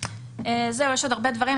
יש עוד הרבה דברים,